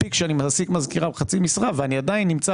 מספיק שאני מעסיק מזכירה בחצי משרה ואני עדיין נמצא